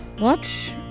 Watch